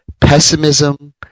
pessimism